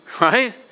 right